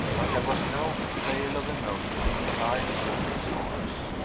but there was no betrayal of emotion in his eyes or in his voice.